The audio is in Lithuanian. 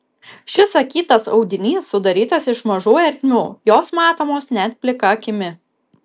šis akytas audinys sudarytas iš mažų ertmių jos matomos net plika akimi